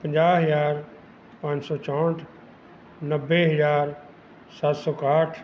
ਪੰਜਾਹ ਹਜ਼ਾਰ ਪੰਜ ਸੌ ਚੌਂਹਟ ਨੱਬੇ ਹਜ਼ਾਰ ਸੱਤ ਸੌ ਇਕਾਹਠ